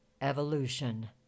evolution